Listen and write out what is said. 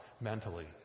mentally